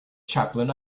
chaplain